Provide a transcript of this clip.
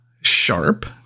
sharp